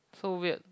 so weird